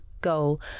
goal